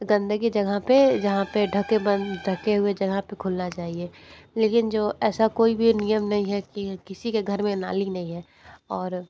गंदे की जगह पे जहाँ पे ढके बन ढके हुए जगह पे खुलना चाहिए लेकिन जो ऐसा कोई भी नियम नहीं है कि यह किसी के घर में नाली नहीं है और